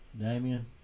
damien